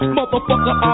Motherfucker